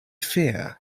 fear